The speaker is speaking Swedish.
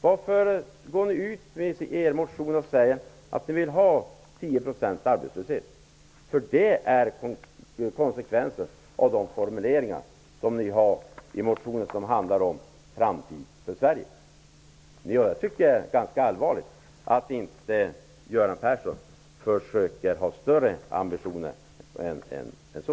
Varför skriver ni i er motion att ni vill ha tio procents arbetslöshet? Det är nämligen komsekvensen av formuleringarna i er motion som handlar om framtid för Sverige. Jag tycker det är ganska allvarligt att inte Göran Persson har större ambitioner än så.